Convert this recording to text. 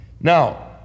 Now